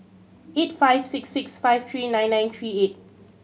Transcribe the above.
eight five six six five three nine nine three eight